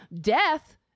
death